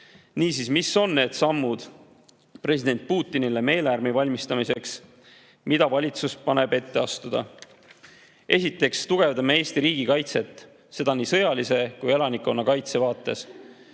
arutades. Niisiis, mis on need sammud president Putinile meelehärmi valmistamiseks, mida valitsus paneb ette astuda? Esiteks, tugevdame Eesti riigikaitset, seda nii sõjalises kui elanikkonnakaitse vaates.